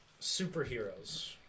superheroes